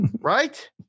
Right